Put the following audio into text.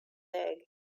egg